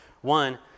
One